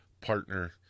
partner